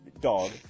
dog